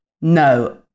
no